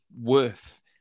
worth